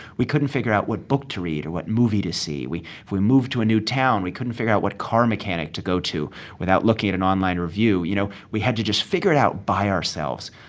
we couldn't figure out what book to read or what movie to see. if we moved to a new town, we couldn't figure out what car mechanic to go to without looking at an online review. you know, we had to just figure it out by ourselves.